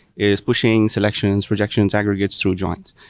is pushing selections, rejections, aggregates through joins.